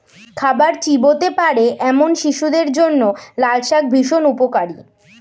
খাবার চিবোতে পারে এমন শিশুদের জন্য লালশাক ভীষণ উপকারী